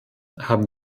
haben